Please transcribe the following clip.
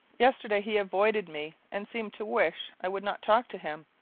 yesterday he avoided me and seemed to wish i would not talk to him.